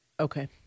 Okay